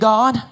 God